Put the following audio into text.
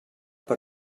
per